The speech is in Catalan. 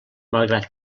malgrat